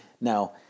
now